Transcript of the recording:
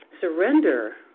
surrender